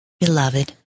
Beloved